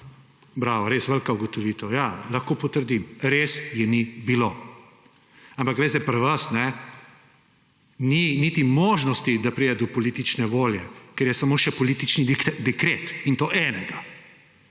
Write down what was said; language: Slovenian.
bravo! Res velika ugotovitev. Ja, lahko potrdim, res je ni bilo. Ampak, veste, pri vas ni niti možnosti, da pride do politične volje, ker je samo še politični dekret, in to enega.